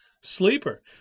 Sleeper